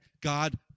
God